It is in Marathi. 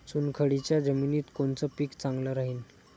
चुनखडीच्या जमिनीत कोनचं पीक चांगलं राहीन?